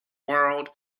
world